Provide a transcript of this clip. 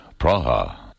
Praha